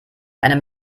einem